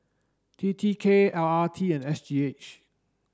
T T K R T and S G H